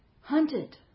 Hunted